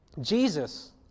Jesus